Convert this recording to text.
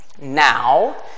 Now